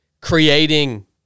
creating